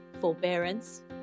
forbearance